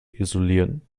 isolieren